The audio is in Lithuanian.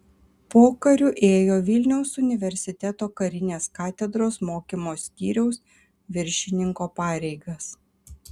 pokariu ėjo vilniaus universiteto karinės katedros mokymo skyriaus viršininko pareigas